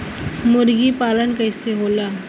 मुर्गी पालन कैसे होला?